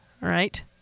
right